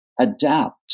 adapt